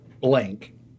blank